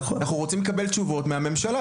אנחנו רוצים לקבל תשובות מהממשלה.